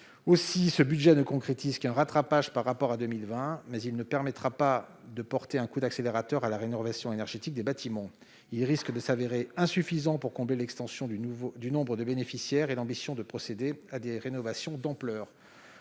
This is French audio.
Aussi, ce budget ne concrétise qu'un rattrapage par rapport à 2020, mais il ne permettra pas de donner un coup d'accélérateur à la rénovation énergétique des bâtiments. Il risque de s'avérer insuffisant pour combler l'extension du nombre de bénéficiaires et l'ambition de procéder à des rénovations d'ampleur.